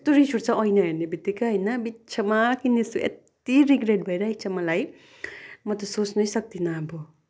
यस्तो रिस उठ्छ ऐना हेर्ने बित्तिकै होइन बित्थामा किनेछु यति रिग्रेट भइरहेको छ मलाई म त सोच्नै सक्दिनँ अब